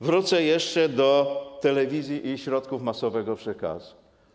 Wrócę jeszcze do telewizji i środków masowego przekazu.